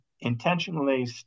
intentionally